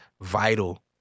vital